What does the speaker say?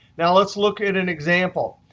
now, let's look at an example.